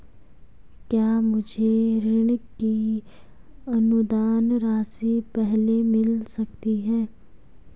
क्या मुझे ऋण की अनुदान राशि पहले मिल सकती है?